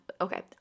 Okay